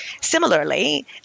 Similarly